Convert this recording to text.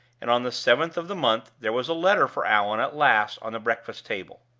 and on the seventh of the month there was a letter for allan at last on the breakfast-table.